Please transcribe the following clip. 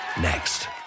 Next